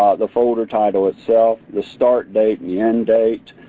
the folder title itself, the start date and the end date.